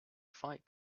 fight